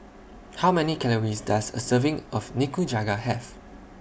How Many Calories Does A Serving of Nikujaga Have